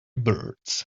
birds